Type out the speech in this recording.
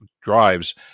drives